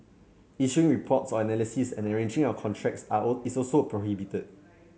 issuing reports or analysis and arranging or contracts is also prohibited